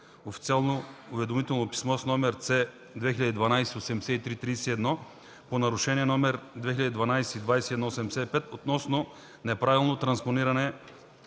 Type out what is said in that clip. официално уведомително писмо № С (2012)8331 по нарушение № 2012/2185 относно неправилно транспониране